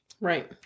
Right